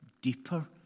deeper